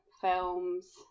films